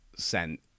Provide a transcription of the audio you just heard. sent